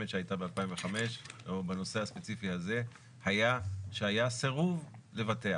שהייתה ב-2005 או בנושא הספציפי הזה היה שהיה סירוב לבטח.